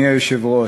אדוני היושב-ראש,